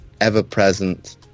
ever-present